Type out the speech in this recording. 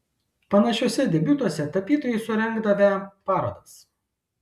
panašiuose debiutuose tapytojai surengdavę parodas